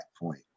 point